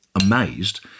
amazed